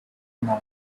non